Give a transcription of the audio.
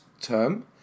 term